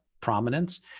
prominence